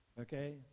okay